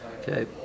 Okay